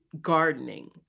gardening